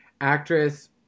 Actress